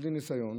בלי ניסיון